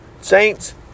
saints